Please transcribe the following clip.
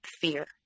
fear